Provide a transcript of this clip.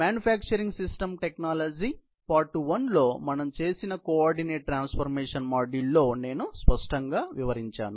తయారీ వ్యవస్థ సాంకేతిక పరిజ్ఞానం పార్ట్ 1 లో మనం చేసిన కోఆర్డినేట్ ట్రాన్స్ఫర్మేషన్ మాడ్యూల్లో నేను స్పష్టంగా వివరించాను